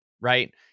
right